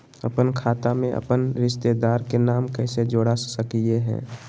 अपन खाता में अपन रिश्तेदार के नाम कैसे जोड़ा सकिए हई?